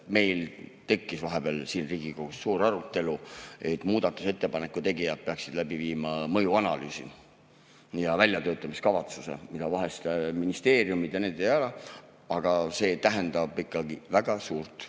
meil tekkis vahepeal siin Riigikogus suur arutelu, et muudatusettepaneku tegijad peaksid läbi viima mõjuanalüüsi ja tegema väljatöötamiskavatsuse, mis vahel ministeeriumidel jääb ära. Aga see tähendab väga suurt,